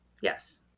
Yes